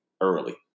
early